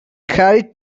carried